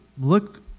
look